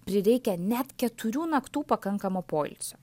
prireikia net keturių naktų pakankamo poilsio